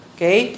Okay